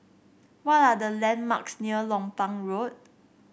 what are the landmarks near Lompang Road